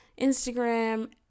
instagram